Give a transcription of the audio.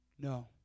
No